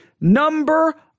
number